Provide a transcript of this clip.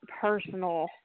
personal